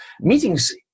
Meetings